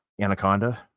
Anaconda